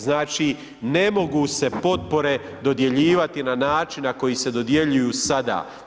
Znači ne mogu se potpore dodjeljivati na način na koji se dodjeljuju sada.